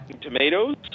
tomatoes